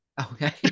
Okay